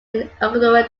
ecuadorian